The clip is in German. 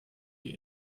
die